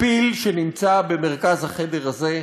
הפיל שנמצא במרכז החדר הזה,